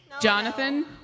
Jonathan